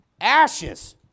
ashes